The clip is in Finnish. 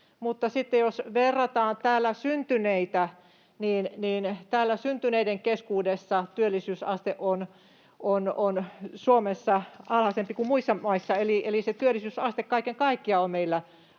sitten jos verrataan täällä syntyneitä, niin täällä syntyneiden keskuudessa työllisyysaste on Suomessa alhaisempi kuin muissa maissa. Eli se työllisyysaste kaiken kaikkiaan on meillä